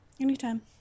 Anytime